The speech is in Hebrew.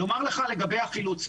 לגבי החילוץ,